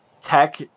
Tech